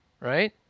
right